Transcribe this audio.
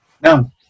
No